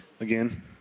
Again